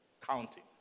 counting